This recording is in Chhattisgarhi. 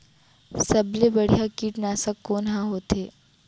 सबले बढ़िया कीटनाशक कोन ह होथे?